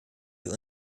für